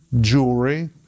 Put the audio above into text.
jewelry